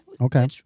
Okay